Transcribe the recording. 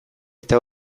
eta